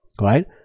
right